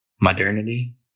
modernity